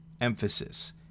emphasis